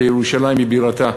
שירושלים היא בירתה.